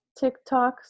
TikToks